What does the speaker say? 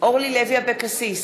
ארוחה יומית לתלמיד,